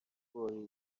فوری